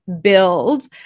build